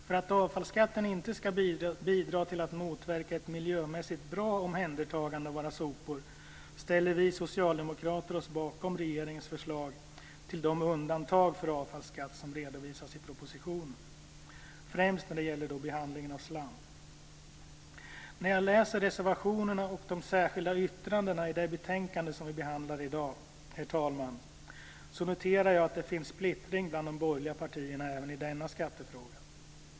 För att avfallsskatten inte ska bidra till att motverka ett miljömässigt bra omhändertagande av våra sopor ställer vi socialdemokrater oss bakom regeringens förslag till de undantag för avfallsskatt som redovisas i propositionen, främst när det gäller behandlingen av slam. När jag läser reservationerna och de särskilda yttrandena i det betänkande som vi behandlar i dag, herr talman, noterar jag att det finns splittring bland de borgerliga partierna även i denna skattefråga.